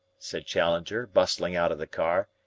said challenger, bustling out of the car,